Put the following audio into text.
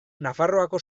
nafarroako